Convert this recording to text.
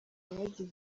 abagize